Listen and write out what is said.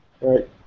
Right